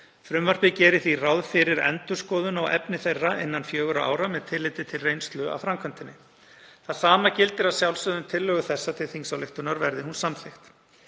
Frumvarpið gerir því ráð fyrir endurskoðun á efni þeirra innan fjögurra ára með tilliti til reynslu af framkvæmdinni. Það sama gildir að sjálfsögðu um tillögu þessa til þingsályktunar verði hún samþykkt.